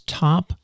top